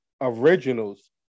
originals